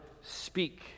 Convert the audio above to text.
speak